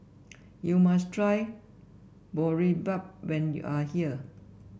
you must try Boribap when you are here